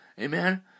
Amen